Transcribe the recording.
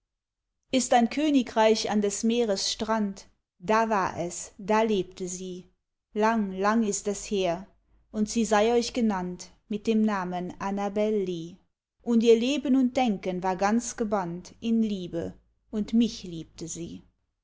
ist ein königreich an des meeres strand da war es da lebte sie lang lang ist es her und sie sei euch genannt mit dem namen annabel lee und ihr leben und denken war ganz gebannt in liebe und mich liebte sie